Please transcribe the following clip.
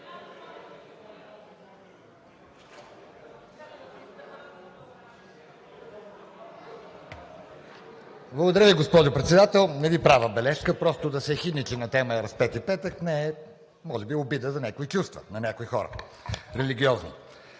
Благодаря Ви, госпожо Председател. Не Ви правя бележка, просто да се ехидничи на тема Разпети петък е може би e обида за някои чувства на някои хора – религиозни.